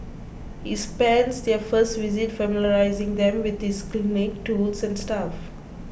he spends their first visit familiarising them with his clinic tools and staff